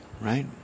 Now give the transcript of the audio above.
right